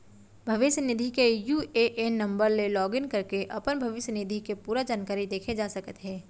भविस्य निधि के यू.ए.एन नंबर ले लॉगिन करके अपन भविस्य निधि के पूरा जानकारी देखे जा सकत हे